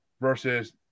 versus